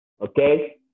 Okay